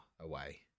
away